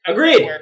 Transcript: Agreed